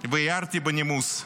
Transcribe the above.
והערתי בנימוס: